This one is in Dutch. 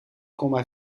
komma